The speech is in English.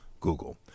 Google